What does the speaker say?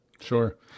Sure